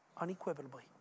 unequivocally